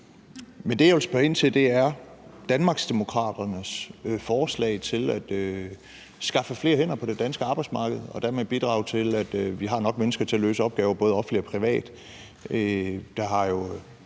det, jeg vil spørge ind til, er Danmarksdemokraternes forslag til at skaffe flere hænder på det danske arbejdsmarked og dermed bidrage til, at vi har nok mennesker til at løse opgaver både offentligt og privat.